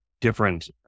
different